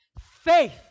Faith